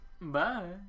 Bye